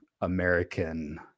American